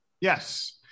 Yes